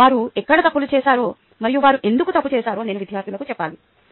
వారు ఎక్కడ తప్పులు చేశారో మరియు వారు ఎందుకు తప్పు చేశారో నేను విద్యార్థులకు చెప్పాలి